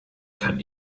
kann